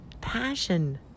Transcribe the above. passion